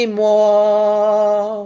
more